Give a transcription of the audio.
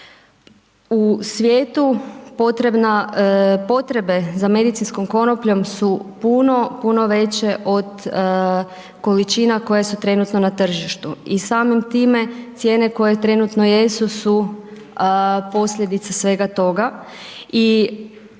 u svijetu potrebe za medicinskom konopljom su puno, puno veće od količina koje su trenutno na tržištu i samim time cijene koje trenutno jesu, su posljedica svega toga